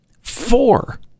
Four